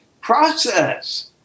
process